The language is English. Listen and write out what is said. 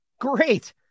Great